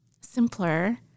simpler